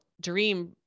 dream